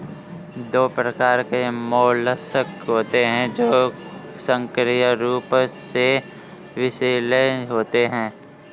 दो प्रकार के मोलस्क होते हैं जो सक्रिय रूप से विषैले होते हैं